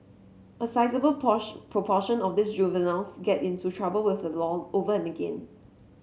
a sizeable posh proportion of these juveniles get into trouble with a law over and again